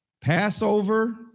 Passover